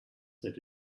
that